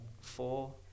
four